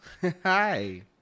Hi